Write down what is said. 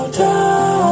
down